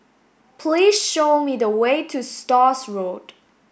please show me the way to Stores Road